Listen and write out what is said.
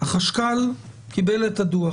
החשכ"ל קיבל את הדוח